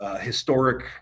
historic